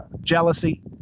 jealousy